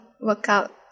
workout